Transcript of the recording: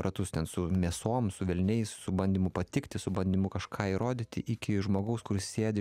ratus ten su mėsom su velniais su bandymu patikti su bandymu kažką įrodyti iki žmogaus kuris sėdi